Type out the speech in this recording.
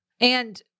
And-